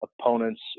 opponents